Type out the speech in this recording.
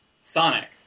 Sonic